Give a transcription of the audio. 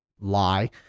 lie